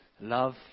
love